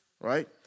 right